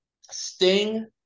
Sting